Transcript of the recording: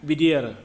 बिदि आरो